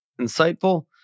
Insightful